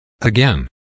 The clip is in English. Again